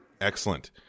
excellent